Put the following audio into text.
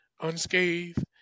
unscathed